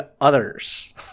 others